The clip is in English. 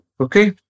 Okay